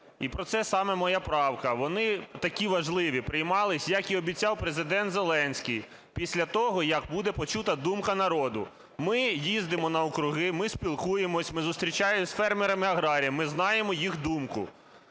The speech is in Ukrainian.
і про це саме моя правка, вони такі важливі приймалися, як і обіцяв Президент Зеленський, після того, як буде почута думка народу. Ми їздимо на округи, ми спілкуємося, ми зустрічаємося з фермерами, аграріями, ми знаємо їх думку.